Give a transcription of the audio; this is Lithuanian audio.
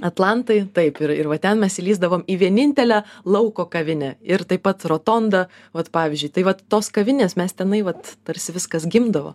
atlantai taip ir ir va ten mes įlįsdavome į vienintelę lauko kavinę ir taip pat rotondą vat pavyzdžiui tai vat tos kavinės mes tenai vat tarsi viskas gimdavo